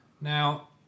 Now